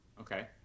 Okay